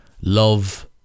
love